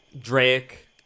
Drake